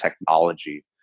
technology